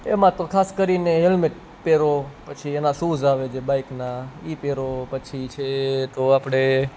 એમાં તો ખાસ કરીને હેલમેટ પહેરો પછી એના શૂઝ આવે જે બાઇકના એ પહેરો પછી છે એ તો આપણે